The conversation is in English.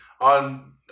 on